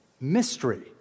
Mystery